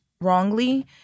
wrongly